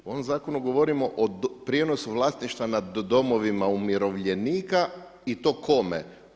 U ovom zakonu govorimo o prijenosu vlasništva nad domova umirovljenika i to kome?